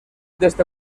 desde